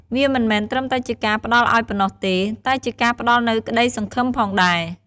វាមិនមែនត្រឹមតែជាការផ្ដល់ឱ្យប៉ុណ្ណោះទេ តែជាការផ្ដល់នូវក្តីសង្ឃឹមផងដែរ។